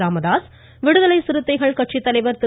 ராமதாஸ் விடுதலை சிறுத்தைகள் கட்சித்தலைவா் திரு